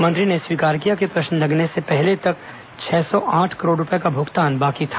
मंत्री ने स्वीकार किया कि प्रश्न लगने के पहले तक छह सौ आठ करोड़ रुपये का भुगतान बाकी था